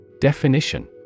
Definition